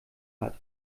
hat